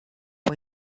fue